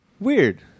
Weird